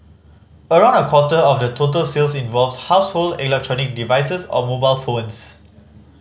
around a quarter of the total sales involved household electric devices or mobile phones